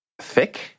thick